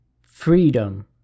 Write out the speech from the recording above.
freedom